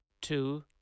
two